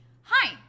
hi